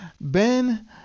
Ben